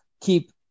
keep